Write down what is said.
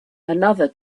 another